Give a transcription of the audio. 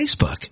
Facebook